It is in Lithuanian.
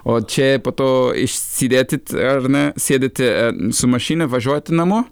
o čia po to išsidėtyt ar ne sėdite su mašina važiuojate namo